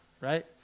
right